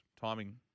timing